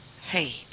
hey